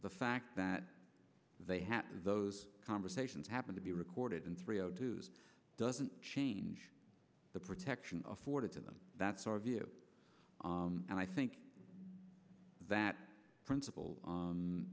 the fact that they had those conversations happen to be recorded in three zero dues doesn't change the protection of afforded to them that's our view and i think that principle